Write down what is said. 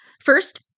First